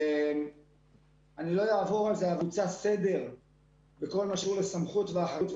אני לא אעבור על ערוצי הסדר בכל מה שקשור לסמכות ואחריות,